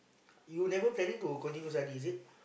you never planning to continue study is it